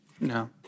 No